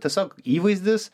tiesiog įvaizdis